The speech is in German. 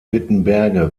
wittenberge